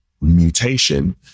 mutation